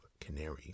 canary